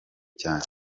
cyane